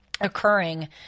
occurring